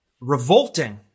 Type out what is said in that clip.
revolting